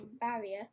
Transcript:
barrier